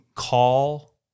call